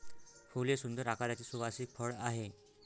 फूल हे सुंदर आकाराचे सुवासिक फळ आहे